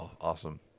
Awesome